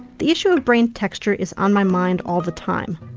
the issue of brain texture is on my mind all the time.